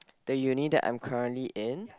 the uni that I'm currently in